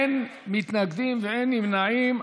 אין מתנגדים ואין נמנעים.